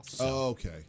Okay